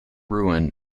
ruin